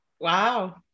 Wow